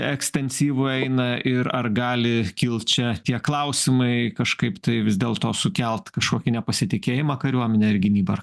ekstensyvų eina ir ar gali kilt čia tie klausimai kažkaip tai vis dėlto sukelt kažkokį nepasitikėjimą kariuomene ar gynyba ar